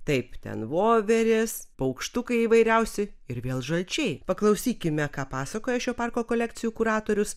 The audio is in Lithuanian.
taip ten voverės paukštukai įvairiausi ir vėl žalčiai paklausykime ką pasakoja šio parko kolekcijų kuratorius